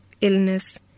illness